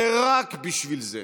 ורק בשביל זה,